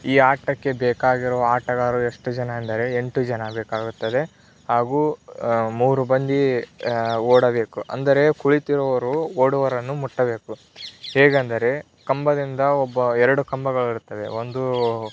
ಈ ಆಟಕ್ಕೆ ಬೇಕಾಗಿರುವ ಆಟಗಾರರು ಎಷ್ಟು ಜನ ಅಂದರೆ ಎಂಟು ಜನ ಬೇಕಾಗುತ್ತದೆ ಹಾಗೂ ಮೂರು ಮಂದಿ ಓಡಬೇಕು ಅಂದರೆ ಕುಳಿತಿರುವವರು ಓಡುವವರನ್ನು ಮುಟ್ಟಬೇಕು ಹೇಗೆಂದರೆ ಕಂಬದಿಂದ ಒಬ್ಬ ಎರಡು ಕಂಬಗಳು ಇರುತ್ತವೆ ಒಂದು